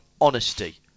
honesty